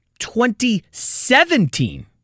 2017